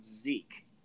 Zeke